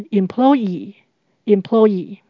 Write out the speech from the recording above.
employee，employee 。